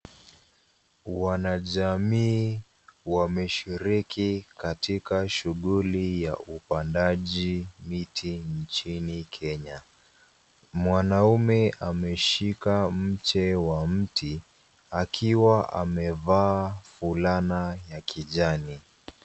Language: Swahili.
Wanajamii wameshiriki katika shughuli ya upandaji miti nchini kenya. Mwanaume ameshika mche wa mti, akiwa amevaa fulana ya kijani.